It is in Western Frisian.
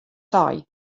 sei